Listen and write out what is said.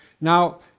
Now